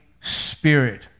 spirit